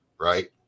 right